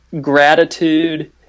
gratitude